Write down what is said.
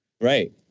Right